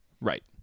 right